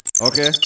okay